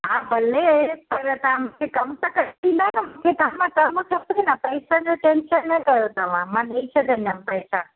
हा भले पर तव्हां मूंखे कम त करे ॾींदा न मूंखे कम कम खपे न पैसनि जो टेंशन न कयो तव्हां मां ॾेई छॾंदम पैसा